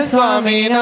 Swami